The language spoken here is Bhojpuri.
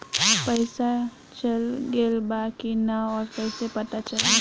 पइसा चल गेलऽ बा कि न और कइसे पता चलि?